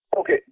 Okay